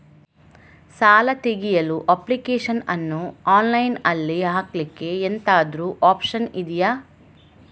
ಸಾಲ ತೆಗಿಯಲು ಅಪ್ಲಿಕೇಶನ್ ಅನ್ನು ಆನ್ಲೈನ್ ಅಲ್ಲಿ ಹಾಕ್ಲಿಕ್ಕೆ ಎಂತಾದ್ರೂ ಒಪ್ಶನ್ ಇದ್ಯಾ?